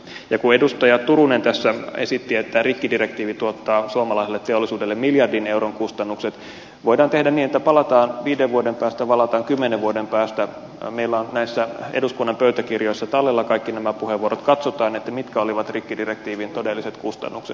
kun edustaja turunen tässä esitti että rikkidirektiivi tuottaa suomalaiselle teollisuudelle miljardin euron kustannukset voidaan tehdä niin että palataan asiaan viiden vuoden päästä palataan kymmenen vuoden päästä meillä on näissä eduskunnan pöytäkirjoissa tallella kaikki nämä puheenvuorot katsotaan mitkä olivat rikkidirektiivin todelliset kustannukset